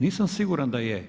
Nisam siguran da je.